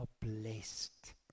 blessed